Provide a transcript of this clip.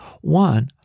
One